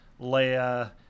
Leia